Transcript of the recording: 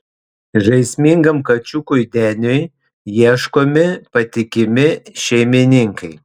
žaismingam kačiukui deniui ieškomi patikimi šeimininkai